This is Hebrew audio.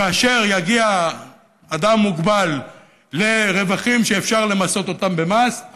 כאשר יגיע אדם מוגבל לרווחים שאפשר למסות אותם במס,